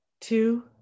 two